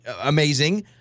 amazing